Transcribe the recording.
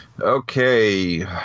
Okay